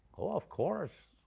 oh of course.